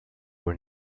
were